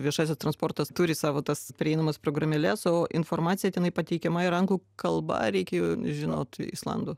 viešasis transportas turi savo tas prieinamas programėles o informacija tenai pateikiama ir anglų kalba reikia žinot islandų